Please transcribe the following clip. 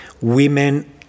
Women